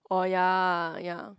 oh ya ya